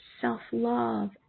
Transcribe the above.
self-love